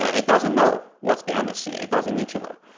ah it doesn't know what's behind-the-scene. it doesn't need to know.